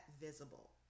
visible